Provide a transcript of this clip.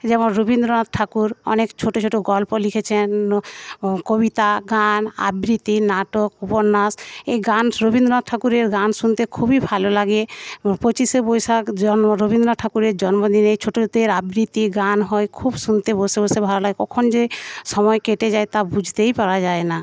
যেমন রবীন্দ্রনাথ ঠাকুর অনেক ছোট ছোট গল্প লিখেছেন কবিতা গান আবৃতি নাটক উপন্যাস এই গান রবীন্দ্রনাথ ঠাকুরের গান শুনতে খুবই ভালো লাগে পঁচিশে বৈশাখ জন্ম রবীন্দ্রনাথ ঠাকুরের জন্মদিন ছোটদের আবৃত্তি গান হয় খুব শুনতে বসে বসে ভালো লাগে কখন যে সময় কেটে যায় তা বুঝতেই পারা যায় না